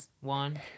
One